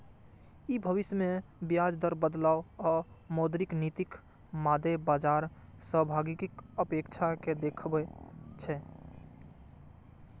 ई भविष्य मे ब्याज दर बदलाव आ मौद्रिक नीतिक मादे बाजार सहभागीक अपेक्षा कें देखबै छै